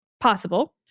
possible